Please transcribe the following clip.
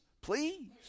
please